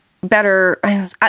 better